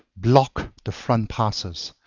block the frontier passes,